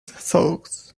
thoughts